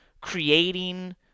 creating